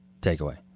takeaway